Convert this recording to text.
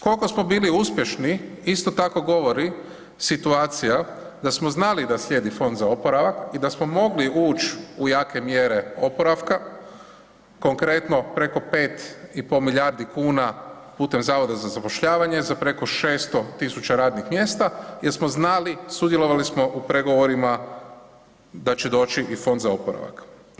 Koliko smo bili uspješni isto tako govori situacija da smo znali da slijedi fond za oporavak i da smo mogli ući u jake mjere oporavka, konkretno preko 5,5 milijardi kuna putem Zavoda za zapošljavanje za preko 600.000 radnih mjesta jer smo znali, sudjelovali smo u pregovorima da će doći i fond za oporavak.